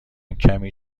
کمی